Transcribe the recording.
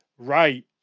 right